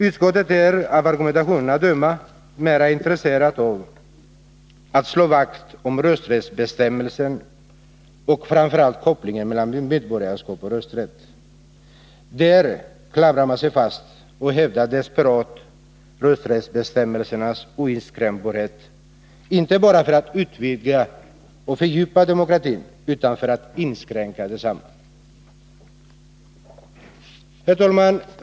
Utskottet är, av argumentationen att döma, mera intresserat av att slå vakt om rösträttsbestämmelserna och framför allt kopplingen mellan medborgarskap och rösträtt. Där klamrar man sig fast och hävdar desperat rösträttsbestämmelsernas oinskränkbarhet, inte bara för att utvidga och fördjupa demokratin utan för att inskränka densamma. Herr talman!